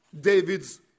David's